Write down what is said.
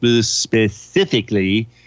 specifically